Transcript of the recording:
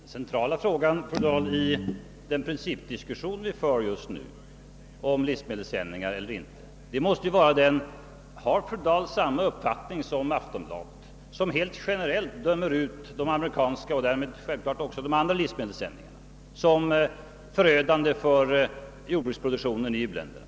Herr talman! Den centrala frågan, fru Dahl, i den här principdiskussionen om livsmedelssändningarnas = berättigande måste vara om fru Dahl har samma uppfattning som Aftonbladet, som helt generellt dömer ut de amerikanska och därmed självfallet också de andra livsmedelssändningarna som förödande för jordbruksproduktionen i u-länderna.